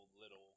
little